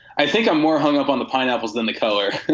i think i'm more hung up on the pineapples than the color.